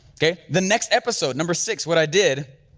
okay, the next episode number six, what i did